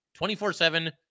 24-7